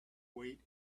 weight